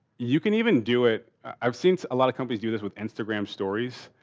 you can even do it, i've seen a lot of companies do this with instagram stories.